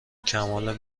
کمال